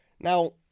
Now